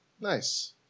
Nice